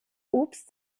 obst